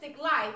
life